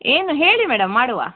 ಏನು ಹೇಳಿ ಮೇಡಮ್ ಮಾಡುವ